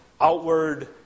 outward